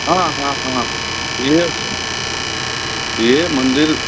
हाँ हाँ हाँ ये मंदिर